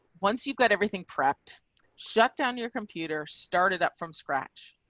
once you've got everything prepped shut down your computer started up from scratch.